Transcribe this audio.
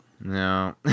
No